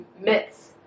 myths